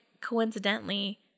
coincidentally